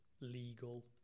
legal